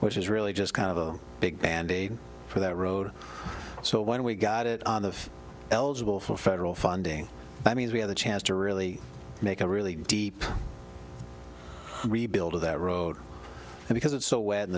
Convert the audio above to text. which is really just kind of a big band aid for that road so when we got it on the eligible for federal funding i mean we had a chance to really make a really deep rebuild of that road because it's so wet